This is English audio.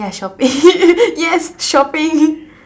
yeah shopping yes shopping